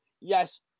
yes